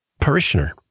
parishioner